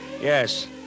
Yes